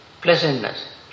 pleasantness